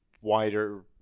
wider